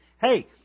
hey